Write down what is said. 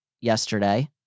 yesterday